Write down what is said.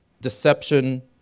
deception